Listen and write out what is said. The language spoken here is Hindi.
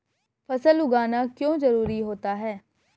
फसल उगाना क्यों जरूरी होता है?